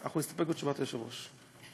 אנחנו נסתפק בתשובת היושב-ראש.